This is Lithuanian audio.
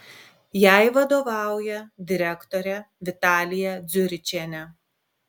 jai vadovauja direktorė vitalija dziuričienė